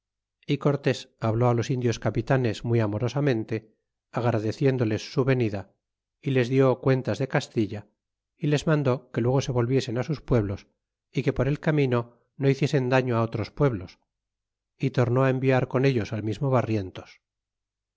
y cortés habló los indios capitanes muy amorosamente agradeciéndoles su venida y les dió cuentas de castilla y les mandó que luego se volviesen sus pueblos y que por el camino no hiciesen daño otros pueblos y tornó enviar con ellos al mismo barrientos